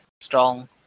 strong